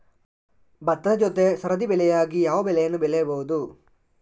ಭತ್ತದ ಜೊತೆ ಸರದಿ ಬೆಳೆಯಾಗಿ ಯಾವ ಬೆಳೆಯನ್ನು ಬೆಳೆಯಬಹುದು?